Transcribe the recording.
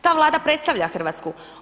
Ta Vlada predstavlja Hrvatsku.